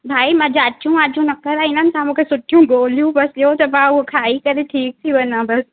भाई मां जांचूं वाचूं न कराईंदमि तव्हां मूंखे सुठियूं गोलियूं बसि ॾियो त मां उहो खाई करे ठीकु थी वञां बसि